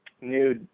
new